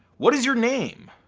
what is your name?